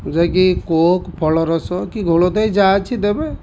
ଯାହାକି କୋକ୍ ଫଳରସ କି ଘୋଳ ଦହି ଯାହା ଅଛି ଦେବେ